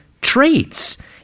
traits